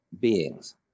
beings